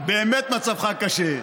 באמת מצבך קשה.